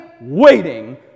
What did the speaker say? waiting